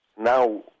now